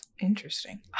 Interesting